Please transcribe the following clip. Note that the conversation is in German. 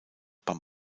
beim